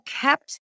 kept